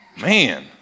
Man